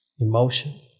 emotion